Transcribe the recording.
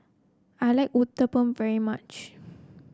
I like Uthapam very much